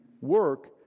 work